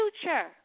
future